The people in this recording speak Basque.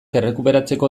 errekuperatzeko